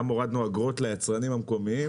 גם הורדנו אגרות ליצרנים המקומיים.